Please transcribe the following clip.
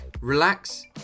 relax